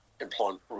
employment